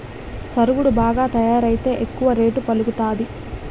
సరుగుడు బాగా తయారైతే ఎక్కువ రేటు పలుకుతాది